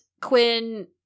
Quinn